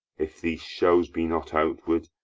if these shows be not outward,